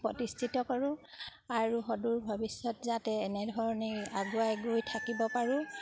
প্ৰতিষ্ঠিত কৰোঁ আৰু সদূৰ ভৱিষ্যত যাতে এনেধৰণে আগুৱাই গৈ থাকিব পাৰোঁ